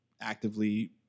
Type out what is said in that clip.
actively